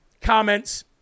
comments